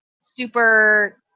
super